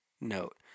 note